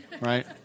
right